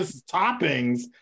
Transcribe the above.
toppings